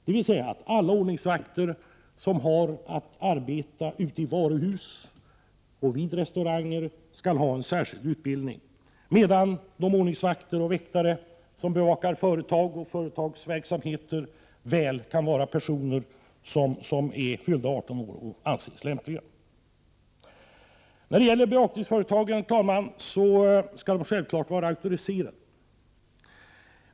Det innebär att alla ordningsvakter som har att arbeta i varuhus och på restauranger skall ha särskild utbildning, medan de ordningsvakter och väktare som bevakar företag och företagsverksamheter väl kan vara personer som är fyllda 18 år och anses lämpliga. Bevakningsföretagen skall självfallet vara auktoriserade.